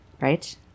Right